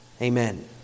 Amen